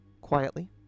Quietly